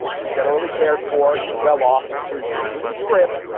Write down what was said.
you're generally cared for your well-off. you're usually trim.